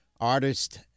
Artist